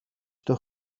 στο